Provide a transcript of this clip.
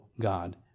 God